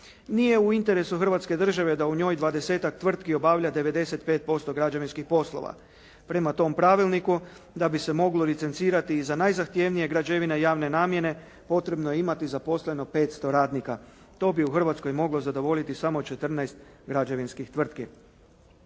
Nije u interesu Hrvatske države da u njoj dvadesetak tvrtki obavlja 95% građevinskih poslova. Prema tom pravilniku da bi se moglo licencirati i za najzahtjevnije građevine javne namjene, potrebno je imati zaposleno 500 radnika. To bi u Hrvatskoj moglo zadovoljiti samo 14 građevinskih tvrtki.